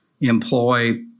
employ